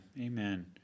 amen